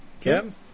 Kim